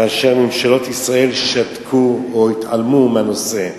כאשר ממשלות ישראל שתקו או התעלמו מהנושא.